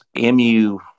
MU